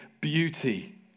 beauty